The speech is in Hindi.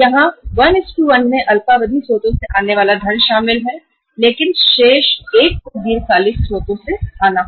यहां 11 सहज वित्त सहित अल्पकालिक स्रोतों से आ रहा है लेकिन शेष 1 को दीर्घकालिक स्रोतों से आना होगा